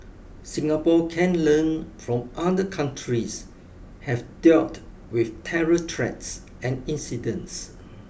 Singapore can learn from other countries have dealt with terror threats and incidents